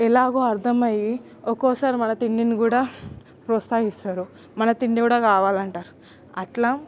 ఎలాగో అర్థమయి ఒకోసారి మన తిండిని కూడా ప్రోత్సాహిస్తరు మన తిండి కూడా కావాలంటరు అట్లా